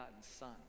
son